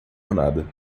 nada